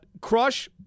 Crush